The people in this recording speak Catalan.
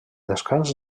descans